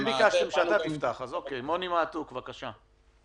מוני מעתוק, בבקשה.